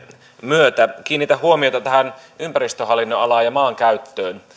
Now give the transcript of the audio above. myötä kiinnitän huomiota tähän ympäristöhallinnonalaan ja maankäyttöön